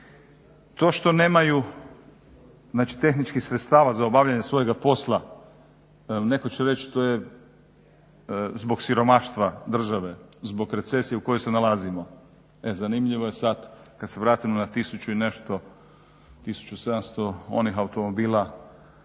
To što nemaju tehničkih sredstava za obavljanje svojega posla, netko će reći to je zbog siromaštva države, zbog recesije u kojoj se nalazimo, e zanimljivo je sada kada se vratimo na tisuću i nešto 1700 onih automobila,